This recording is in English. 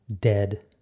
dead